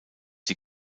die